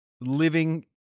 living